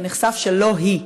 ונחשף שלא היא,